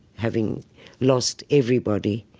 having lost everybody,